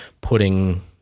putting